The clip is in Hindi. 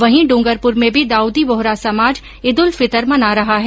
वहीं डूगरपुर मे भी दाउदी बोहरा समाज ईदुलफितर मना रहा है